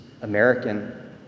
American